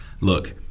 Look